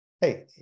Hey